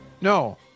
No